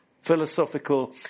philosophical